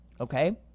Okay